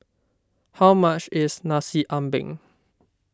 how much is Nasi Ambeng